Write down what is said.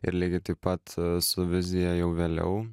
ir lygiai taip pat su vizija jau vėliau